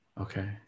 Okay